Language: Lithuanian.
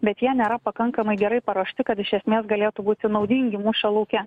bet jie nėra pakankamai gerai paruošti kad iš esmės galėtų būti naudingi mūšio lauke